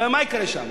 מה יקרה שם?